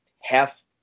half